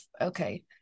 okay